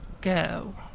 go